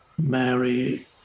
Mary